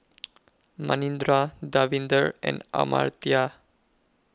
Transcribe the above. Manindra Davinder and Amartya